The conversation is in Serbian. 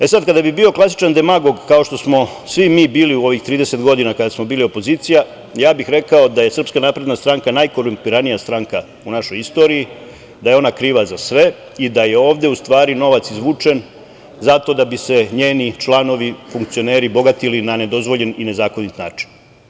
E, sad, kada bih bio klasičan demagog, kao što smo svi mi bili u ovih 30 godina kada smo bili opozicija, ja bih rekao da je SNS najkorumpiranija stranka u našoj istoriji, da je ona kriva za sve i da je ovde, u stvari, novac izvučen zato da bi se njeni članovi, funkcioneri bogatili na nedozvoljen i nezakonit način.